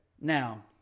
Now